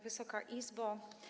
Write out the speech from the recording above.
Wysoka Izbo!